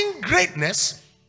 greatness